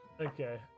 Okay